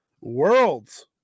world's